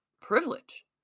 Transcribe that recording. privilege